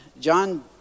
John